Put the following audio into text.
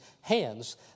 hands